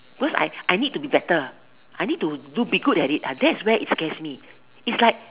because I I need to be better I need to do be good at it ah that's where it scares me it's like